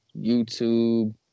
YouTube